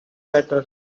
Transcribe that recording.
better